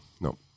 No